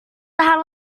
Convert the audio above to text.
tahan